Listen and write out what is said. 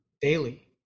daily